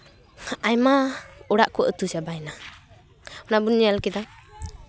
ᱟᱭᱢᱟ ᱚᱲᱟᱜ ᱠᱚ ᱟᱹᱛᱩ ᱪᱟᱵᱟᱭᱮᱱᱟ ᱚᱱᱟ ᱵᱚᱱ ᱧᱮᱞ ᱠᱮᱫᱟ